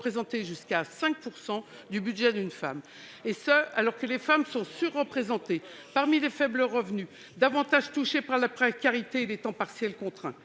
représenter jusqu'à 5 % du budget des femmes, et ce alors qu'elles sont surreprésentées parmi les faibles revenus et davantage touchées par la précarité et les temps partiels contraints.